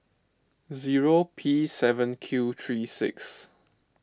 zero P seven Q three six